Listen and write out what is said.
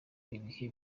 ibihe